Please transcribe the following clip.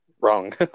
Wrong